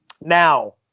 Now